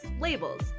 labels